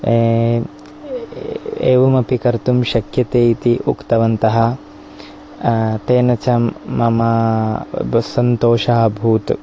एवमपि कर्तुं शक्यते इति उक्तवन्तः तेन च मम सन्तोषः अभूत्